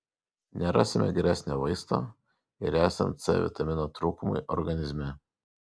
nerasime geresnio vaisto ir esant c vitamino trūkumui organizme